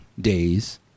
days